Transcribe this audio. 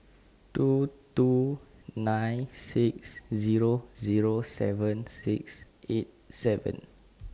two two nine six Zero Zero seven six eight seven